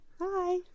hi